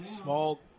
Small